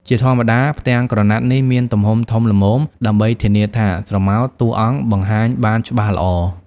ជាធម្មតា ផ្ទាំងក្រណាត់នេះមានទំហំធំល្មមដើម្បីធានាថាស្រមោលតួអង្គបង្ហាញបានច្បាស់ល្អ។